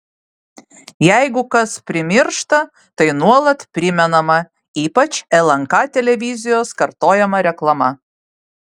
jeigu kas primiršta tai nuolat primenama ypač lnk televizijos kartojama reklama